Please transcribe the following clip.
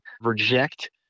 reject